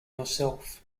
yourself